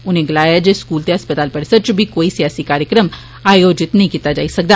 उनें गलाया जे स्कूल ते अस्पताल परिसर च बी कोई सियासी कार्यक्रम आयोजित नेई कीता जाई सकदा